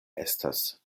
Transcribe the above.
estas